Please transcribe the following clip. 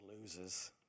losers